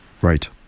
Right